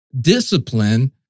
discipline